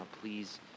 please